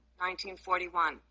1941